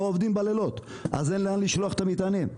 עובדים בלילות אז אין לאן לשלוח את המטענים.